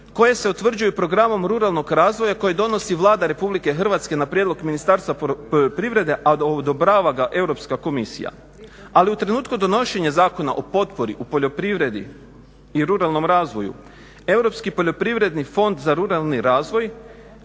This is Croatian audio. koje se utvrđuju programom ruralnog razvoja koji donosi Vlada Republike Hrvatske na prijedlog Ministarstva poljoprivrede, a odobrava ga Europska komisija. Ali u trenutku donošenja Zakona o potpori u poljoprivredi i ruralnom razvoju Europski poljoprivredni fond za ruralni razvoj